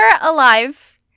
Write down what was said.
alive